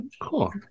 Cool